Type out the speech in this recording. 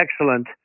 excellent